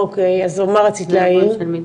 אוקי, אז על מה רצית להעיר.